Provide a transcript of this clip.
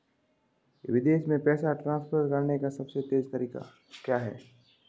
विदेश में पैसा ट्रांसफर करने का सबसे तेज़ तरीका क्या है?